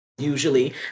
Usually